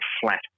flat